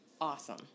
awesome